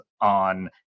on